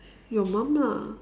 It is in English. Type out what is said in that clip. your mom lah